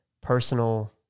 personal